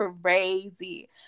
crazy